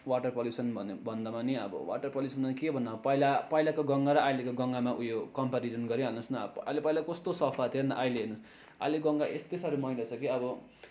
water पल्युसनभन्दामा पनि अब वाटर पल्युसनमा के भन्नु अब पहिला पहिलाको गङ्गा र अहिलेको गङ्गामा उयो कम्पेरिजन गरिहाल्नुस् न अब पहिला कस्तो सफा थियो अनि अहिले हेर्नु अहिले गङ्गा यस्तो साह्रो मैला छ कि अब